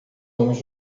homens